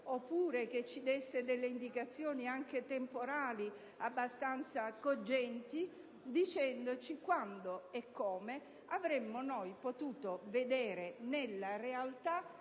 oppure che ci desse delle indicazioni anche temporali abbastanza cogenti, spiegandoci quando e come avremmo potuto vedere riflesso nella realtà